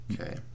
Okay